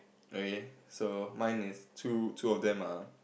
okay so mine is two two of them are